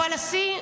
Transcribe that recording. היועמ"שית אשמה.